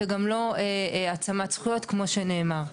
וגם לא העצמת זכויות כמו שנאמר,